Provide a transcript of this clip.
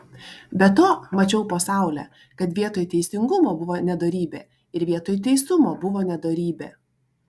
be to mačiau po saule kad vietoj teisingumo buvo nedorybė ir vietoj teisumo buvo nedorybė